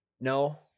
No